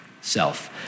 Self